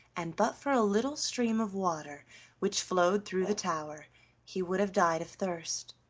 and but for a little stream of water which flowed through the tower he would have died of thirst.